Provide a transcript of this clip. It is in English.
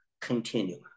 continue